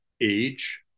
age